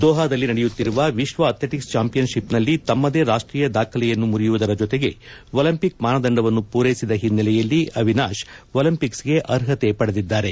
ದೋಹಾದಲ್ಲಿ ನಡೆಯುತ್ತಿರುವ ವಿಶ್ವ ಅಥ್ಲೆಟಕ್ಸ್ ಚಾಂಪಿಯನ್ ಷಿಪ್ನಲ್ಲಿ ತಮ್ಮದೇ ರಾಷ್ಟೀಯ ದಾಖಲೆಯನ್ನು ಮುರಿಯುವ ಜತೆಗೆ ಒಲಿಂಪಿಕ್ ಮಾನದಂಡವನ್ನು ಪೂರೈಸಿದ ಹಿನ್ನೆಲೆಯಲ್ಲಿ ಅವಿನಾತ್ ಒಲಿಂಪಿಕ್ಸೆಗೆ ಅರ್ಹತೆ ಪಡೆದಿದ್ದಾರೆ